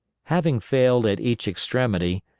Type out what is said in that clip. having failed at each extremity,